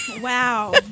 Wow